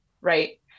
right